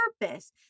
purpose